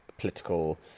political